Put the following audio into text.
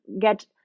get